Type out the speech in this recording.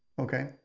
Okay